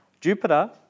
Jupiter